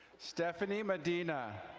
stephanie medina.